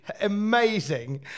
amazing